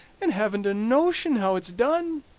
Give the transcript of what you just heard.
and haven't a notion how it's done.